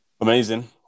amazing